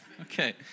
Okay